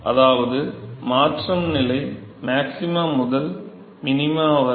எனவே அதாவது மாற்றம் நிலை மேக்சிமா முதல் மினிமா வரை